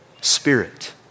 spirit